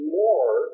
more